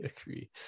agree